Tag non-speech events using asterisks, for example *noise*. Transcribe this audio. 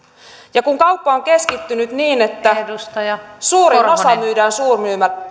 ja kun kauppa on keskittynyt niin että suurin osa myydään suurmyymälöissä *unintelligible*